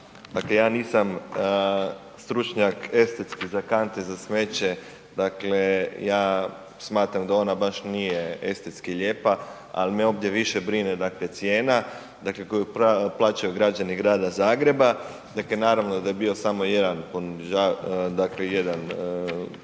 ja nisam stručnjak estetski za kante za smeće, dakle ja smatram da ona baš nije estetski lijepa ali me ovdje više brine cijena koju plaćaju građani grada Zagreba. Dakle, naravno da je bio samo jedan ponuđač,